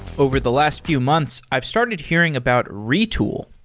over the last few months, i've started hearing about retool.